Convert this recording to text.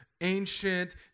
ancient